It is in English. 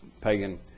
pagan